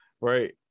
Right